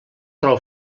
prou